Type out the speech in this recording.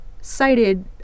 cited